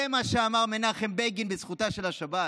זה מה שאמר מנחם בגין בזכותה של השבת,